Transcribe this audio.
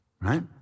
right